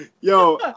Yo